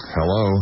Hello